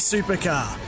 Supercar